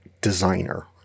designer